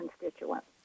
constituents